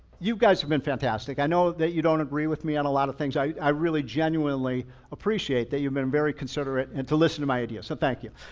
you guys have been fantastic. i know that you don't agree with me on a lot of things. i i really genuinely appreciate that you've been very considerate and to listen to my ideas. so thank you.